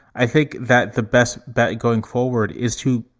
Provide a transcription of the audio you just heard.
i think that the best bet going forward is to